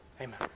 Amen